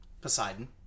poseidon